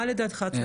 מה לדעתך צריך?